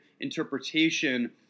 interpretation